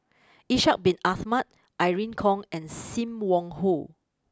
Ishak Bin Ahmad Irene Khong and Sim Wong Hoo